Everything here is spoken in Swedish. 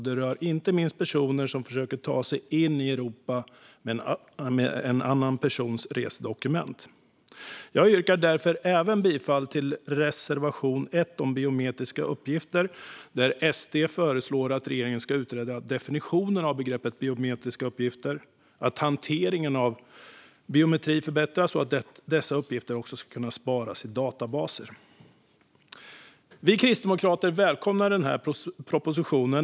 Detta rör inte minst personer som försöker att ta sig in i Europa med en annan persons resedokument. Jag yrkar därför bifall till reservation 1, om biometriska uppgifter, där SD föreslår att regeringen ska utreda definitionen av begreppet "biometriska uppgifter", att hanteringen av biometri ska förbättras och att dessa uppgifter ska kunna sparas i databaser. Kristdemokraterna välkomnar denna proposition.